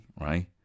right